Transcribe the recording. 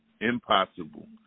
impossible